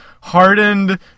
hardened